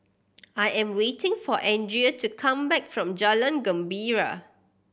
I am waiting for Andrea to come back from Jalan Gembira